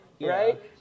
right